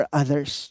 others